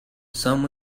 some